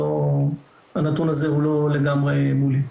הנתון הזה הוא לא לגמרי מולי.